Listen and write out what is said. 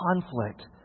conflict